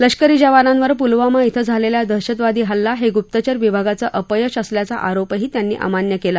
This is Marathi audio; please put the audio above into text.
लष्करी जवानांवर पुलवामा इथं झालेल्या दहशतवादी हल्ला हे गुप्तचर विभागाचं अपयश असल्याचा आरोपही त्यांनी अमान्य केला